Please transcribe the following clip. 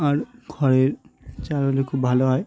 আর খরের চাল হলে খুব ভালো হয়